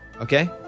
Okay